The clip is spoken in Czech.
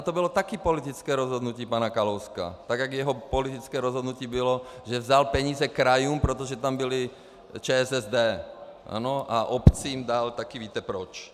To bylo taky politické rozhodnutí pana Kalouska, tak jako jeho politické rozhodnutí bylo, že vzal peníze krajům, protože tam byla ČSSD, a obcím dal taky víte proč.